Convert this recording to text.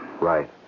Right